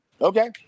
Okay